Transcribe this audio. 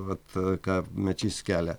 vat ką mečys kelia